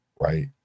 right